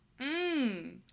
Mmm